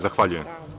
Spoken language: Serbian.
Zahvaljujem.